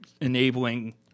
enabling